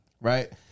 right